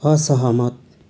असहमत